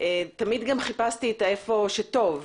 תמיד חיפשתי גם איפה טוב,